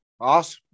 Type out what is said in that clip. Awesome